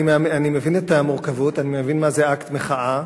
אני מבין את המורכבות, אני מבין מה זה אקט מחאה,